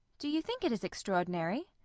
do you think it is extraordinary?